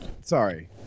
Sorry